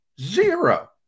Zero